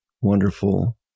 wonderful